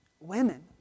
women